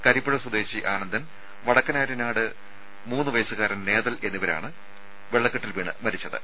കരിപ്പുഴ സ്വദേശി ആനന്ദൻ വടക്കനാര്യാട് മൂന്ന് വയസ്സുകാരൻ നേതൽ എന്നിവരാണ് വെള്ളക്കെട്ടിൽ വീണ് മരിച്ചത്